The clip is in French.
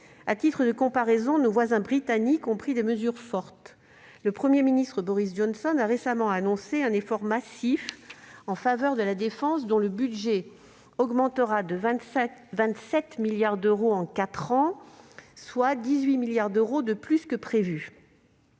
À titre de comparaison, nos voisins britanniques ont pris des mesures fortes : le Premier ministre Boris Johnson a récemment annoncé un effort massif en faveur de la défense, dont le budget augmentera de 27 milliards d'euros en quatre ans, soit 18 milliards d'euros de plus que prévu.